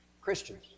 Christians